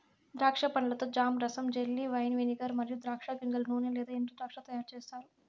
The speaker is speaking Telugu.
ద్రాక్ష పండ్లతో జామ్, రసం, జెల్లీ, వైన్, వెనిగర్ మరియు ద్రాక్ష గింజల నూనె లేదా ఎండుద్రాక్ష తయారుచేస్తారు